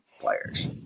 players